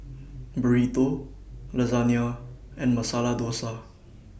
Burrito Lasagne and Masala Dosa